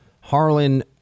Harlan